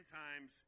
times